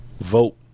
Vote